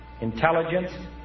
intelligence